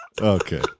Okay